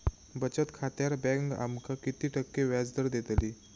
बचत खात्यार बँक आमका किती टक्के व्याजदर देतली?